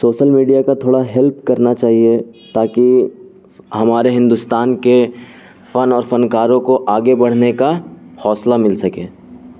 social media کا تھوڑا help کرنا چاہیے تاکہ ہمارے ہندوستان کے فن اور فنکاروں کو آگے بڑھنے کا حوصلہ مل سکے